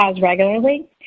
regularly